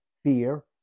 fear